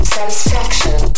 Satisfaction